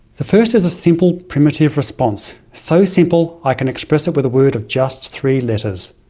the first is a simple, primitive response. so simple, i can express it with a word of just three letters.